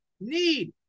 need